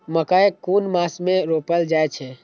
मकेय कुन मास में रोपल जाय छै?